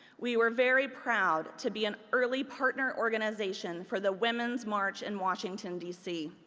we were very proud to be an early partner organization for the women's march in washington, d c.